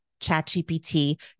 ChatGPT